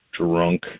drunk